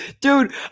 dude